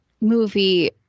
movie